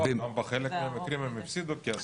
גם בחלק מהמקרים הם הפסידו כסף.